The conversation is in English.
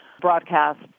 broadcast